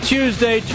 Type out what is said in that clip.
Tuesday